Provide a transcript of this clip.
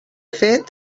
fet